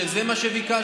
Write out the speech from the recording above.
שזה מה שביקשנו.